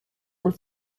were